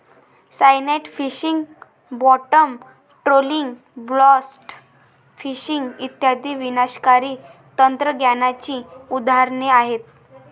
cyanide fishing, bottom trawling, blast fishing इत्यादी विनाशकारी तंत्रज्ञानाची उदाहरणे आहेत